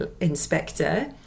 inspector